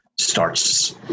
starts